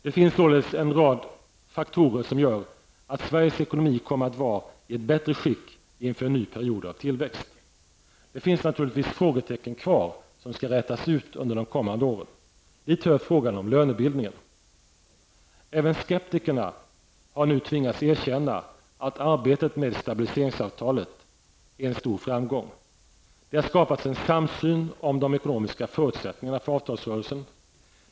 Det finns således en rad faktorer som gör att Sveriges ekonomi kommer att vara i bättre skick inför en ny period av tillväxt. Det finns naturligtvis frågetecken kvar som skall rätas ut under de kommande åren. Dit hör frågan om lönebildningen. Även skeptikerna har tvingats erkänna att arbetet med stabiliseringsavtalet är en stor framgång. Det har skapats en samsyn om de ekonomiska förutsättningarna för avtalsrörelsen.